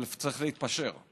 אבל צריך להתפשר.